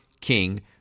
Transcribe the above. king